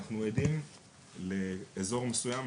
אנחנו עדים לאזור מסוים,